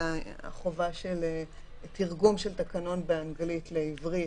וזה חובת תרגום של תקנון מאנגלית לעברית